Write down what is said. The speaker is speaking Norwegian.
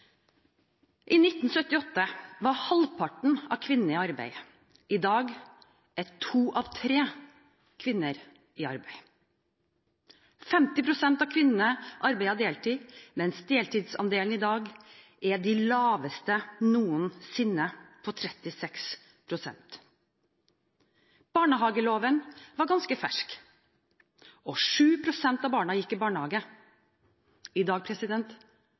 I 1978 var halvparten av kvinnene i arbeid, i dag er to av tre kvinner i arbeid. 50 pst. av kvinnene arbeidet deltid, mens deltidsandelen i dag er den laveste noensinne, på 36 pst. Barnehageloven var ganske fersk, og 7 pst. av barna gikk i barnehage. I dag